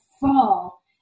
fall